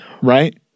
right